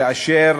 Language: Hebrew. כאשר